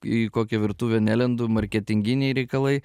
į kokią virtuvę nelendu marketinginiai reikalai